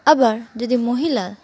আবার যদি মহিলা